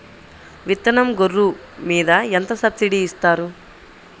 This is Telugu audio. విత్తనం గొర్రు మీద ఎంత సబ్సిడీ ఇస్తారు?